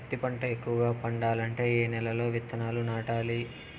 పత్తి పంట ఎక్కువగా పండాలంటే ఏ నెల లో విత్తనాలు నాటాలి?